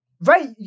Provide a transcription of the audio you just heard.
Right